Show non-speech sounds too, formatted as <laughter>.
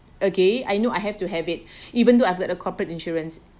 okay I know I have to have it <breath> even though I've had a corporate insurance